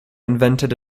invented